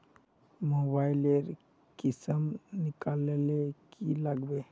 Mobile लेर किसम निकलाले की लागबे?